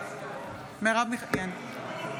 נגד שלי